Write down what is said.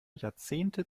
jahrzehnte